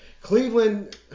Cleveland